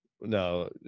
no